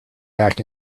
back